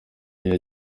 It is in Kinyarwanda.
iya